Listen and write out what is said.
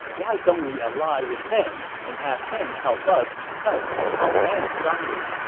why don't we ally with him and have him help us repel cao cao and zhang lu?